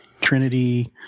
Trinity